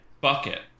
bucket